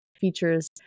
Features